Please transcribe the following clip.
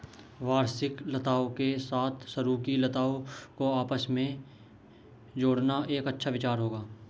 वार्षिक लताओं के साथ सरू की लताओं को आपस में जोड़ना एक अच्छा विचार होगा